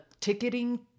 ticketing